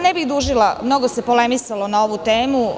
Ne bih dužila, mnogo se polemisalo na ovu temu.